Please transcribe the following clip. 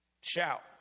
Shout